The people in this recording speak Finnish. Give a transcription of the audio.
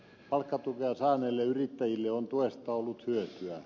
palkkatukea saaneille yrittäjille on tuesta ollut hyötyä